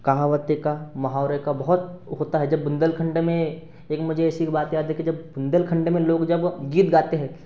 कहावते का मोहावरे का बहुत होता है जब बुंदेलखंड में एक मुझे ऐसी बात याद है कि जब बुंदेलखंड में लोग जब गीत गाते हैं